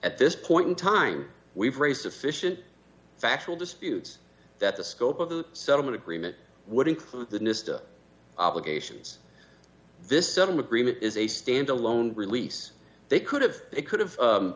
at this point in time we've raised efficient factual disputes that the scope of the settlement agreement would include the nist obligations this settlement agreement is a standalone release they could have it could have